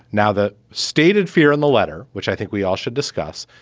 now, the stated fear in the letter, which i think we all should discuss,